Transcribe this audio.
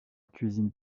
cuisine